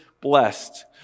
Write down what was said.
blessed